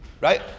right